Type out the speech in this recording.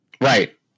Right